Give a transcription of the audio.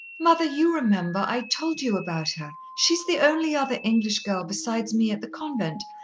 mother, you remember i told you about her. she is the only other english girl besides me at the convent,